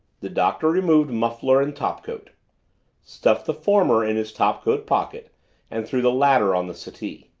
the doctor removed muffler and topcoat stuffed the former in his topcoat pocket and threw the latter on the settee.